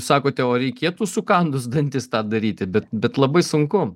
sakote o reikėtų sukandus dantis tą daryti bet bet labai sunku